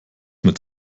mit